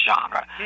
genre